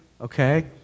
okay